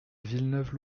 villeneuve